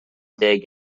dig